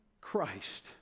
Christ